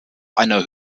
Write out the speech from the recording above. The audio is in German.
einer